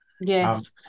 Yes